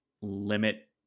limit